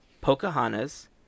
Pocahontas